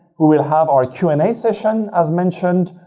we will have our q and a session, as mentioned,